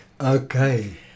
Okay